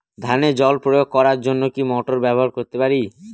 ধানে জল প্রয়োগ করার জন্য কি মোটর ব্যবহার করতে পারি?